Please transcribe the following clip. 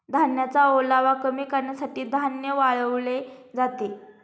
धान्याचा ओलावा कमी करण्यासाठी धान्य वाळवले जाते